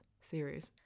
series